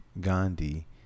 Gandhi